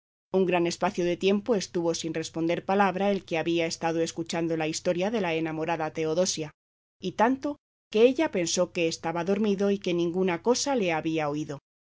un gran espacio de tiempo estuvo sin responder palabra el que había estado escuchando la historia de la enamorada teodosia y tanto que ella pensó que estaba dormido y que ninguna cosa le había oído